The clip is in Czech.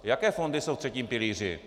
Jaké fondy jsou ve třetím pilíři?